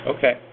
Okay